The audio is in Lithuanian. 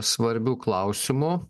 svarbių klausimų